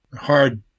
hard